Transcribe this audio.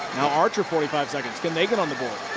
now archer, forty five seconds. can they get on the board?